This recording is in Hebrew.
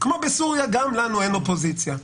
כמו בסוריה גם לנו אין אופוזיציה.